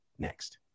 Next